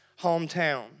hometown